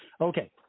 okay